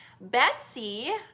Betsy